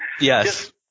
Yes